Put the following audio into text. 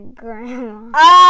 grandma